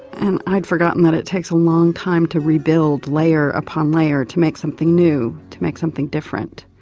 and i'd forgotten that it takes a long time to rebuild layer upon layer, to make something new, to make something different.